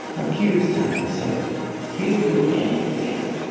accused and i said he'll do anything